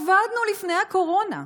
עבדנו לפני הקורונה,